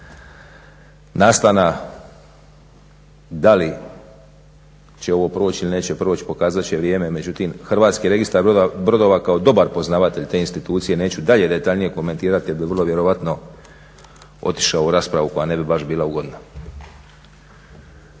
nastana. Da li će ovo proći ili neće proći pokazat će vrijeme, međutim hrvatski registar brodova kao dobar poznavatelj te institucije neću dalje detaljnije komentirati jer bi vrlo vjerojatno otišao u raspravu koja ne bi baš bila ugodna.